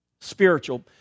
spiritual